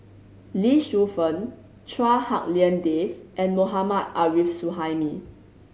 Lee Shu Fen Chua Hak Lien Dave and Mohammad Arif Suhaimi